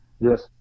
Yes